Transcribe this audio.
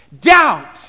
Doubt